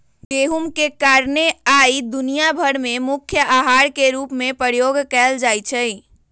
गेहूम के कारणे आइ दुनिया भर में मुख्य अहार के रूप में प्रयोग कएल जाइ छइ